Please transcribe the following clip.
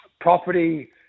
property